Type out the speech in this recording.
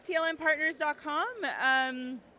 TLMpartners.com